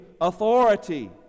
authority